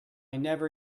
never